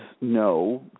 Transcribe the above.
no